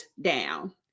down